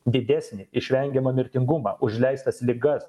didesnį išvengiamą mirtingumą užleistas ligas